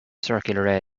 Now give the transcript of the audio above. circular